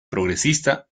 progresista